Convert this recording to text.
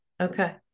okay